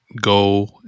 go